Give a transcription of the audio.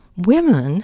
women